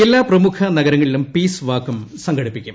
എല്ലാ പ്രമുഖ നഗരങ്ങളിലും പീസ്ട്രവാക്കും സംഘടിപ്പിക്കും